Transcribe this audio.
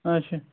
اَچھا